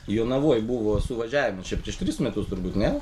jonavoj buvo suvažiavimas čia prieš tris metus turbūt ne